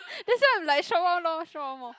that's why I'm like short one lor short one more